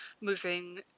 moving